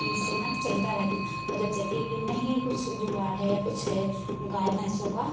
इससे हमार चलता रहता और जबसे ये कि नहीं कुछ जुगाड़ है या कुछ है गाय भैंसों का